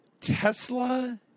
Tesla